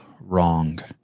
wrong